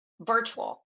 virtual